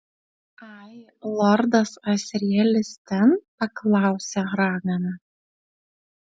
ai lordas asrielis ten paklausė ragana